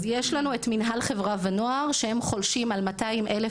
יש את מנהלי חברה ונוער שחולשים על 200,000